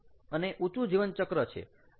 અને ઉંચુ જીવન ચક્ર છે